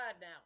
now